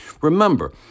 Remember